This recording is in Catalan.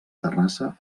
terrassa